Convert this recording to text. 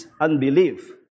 unbelief